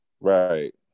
Right